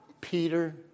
Peter